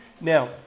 Now